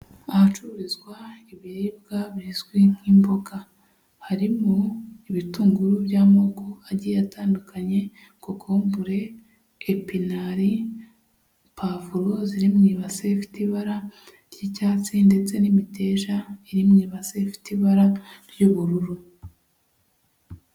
Ahacururizwa ibiribwa bizwi nk'imboga. Harimo ibitunguru by'amoko agiye atandukanye, kokombure, epinari, pavuro ziri mu ibasi ifite ibara ry'icyatsi ndetse n'imiteja iri mu ibasi ifite ibara ry'ubururu.